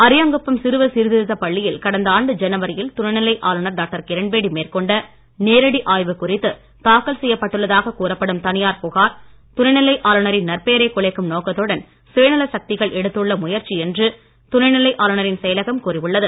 அரியாங்குப்பம் சிறுவர் சீர்திருத்தப் பள்ளியில் கடந்த ஆண்டு ஜனவரியில் துணைநிலை ஆளுநர் டாக்டர் கிரண்பேடி மேற்கொண்ட நேரடி ஆய்வு குறித்து தாக்கல் செய்யப்பட்டுள்ளதாக கூறப்படும் தனியார் புகார் துணைநிலை ஆளுநரின் நற்பெயரை குலைக்கும் நோக்கத்துடன் சுயநல சக்திகள் எடுத்துள்ள முயற்சி என்று துணைநிலை ஆளுநரின் செயலகம் கூறியுள்ளது